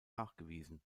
nachgewiesen